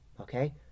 Okay